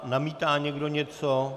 Namítá někdo něco?